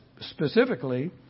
specifically